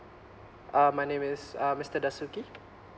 uh my name is uh mister dasuki